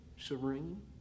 serene